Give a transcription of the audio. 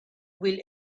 will